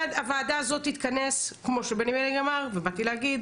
הוועדה הזאת תתכנס כמו שבני בגין אמר ובאתי להגיד,